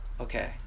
okay